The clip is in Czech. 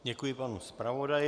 Děkuji panu zpravodaji.